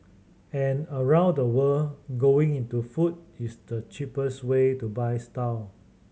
and around the world going into food is the cheapest way to buy style